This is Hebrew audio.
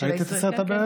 את ראית את הסרט "הברך"?